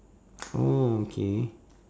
oh okay